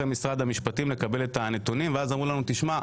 רואה שכל הנתונים שביקשנו ולא קיבלנו פשוט פורסמו בעיתון.